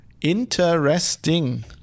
Interesting